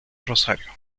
rosario